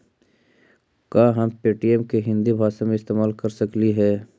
का हम पे.टी.एम के हिन्दी भाषा में इस्तेमाल कर सकलियई हे?